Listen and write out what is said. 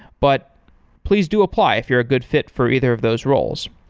but please do apply if you're a good fit for either of those roles.